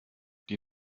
die